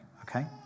okay